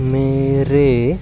मेरे